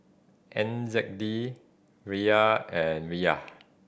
N Z D Riyal and Riyal